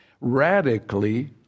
radically